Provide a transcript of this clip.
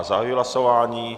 Zahajuji hlasování.